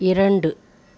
இரண்டு